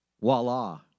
Voila